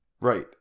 Right